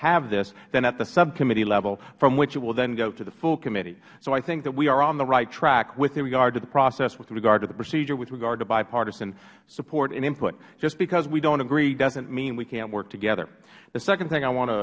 have this than at the subcommittee level from which it will them go to the full committee so i think that we are on the right track with regard to the process with regard to the procedure with regard to bipartisan support and input just because we dont agree doesnt mean we cant work together the second thing i want to